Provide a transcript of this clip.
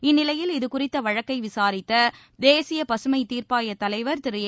இந்நிலையில் இதுகுறித்த வழக்கை விசாரித்த தேசிய பசுமை தீர்ப்பாய தலைவர் திரு எ